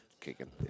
kicking